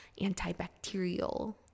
antibacterial